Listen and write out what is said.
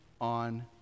on